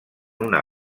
una